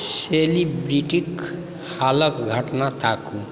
सेलिब्रिटीक हालक घटना ताकू